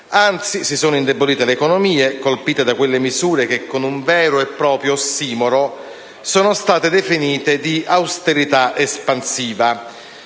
Anzi, si sono indebolite le economie, colpite da quelle misure che, con un vero e proprio ossimoro, sono state definite di «austerità espansiva».